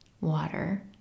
water